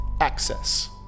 access